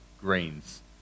Greens